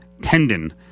tendon